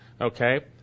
Okay